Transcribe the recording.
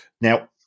Now